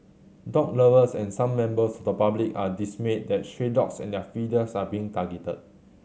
dog lovers and some members of the public are dismayed that stray dogs and their feeders are being targeted